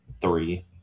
three